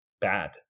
bad